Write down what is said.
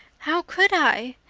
how could i?